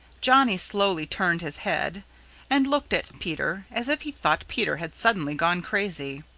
johnny slowly turned his head and looked at peter as if he thought peter had suddenly gone crazy.